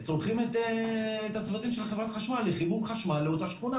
צורכים את הצוותים של חברת חשמל לחיבור חשמל לאותה שכונה,